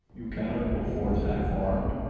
you cannot go forth half armed,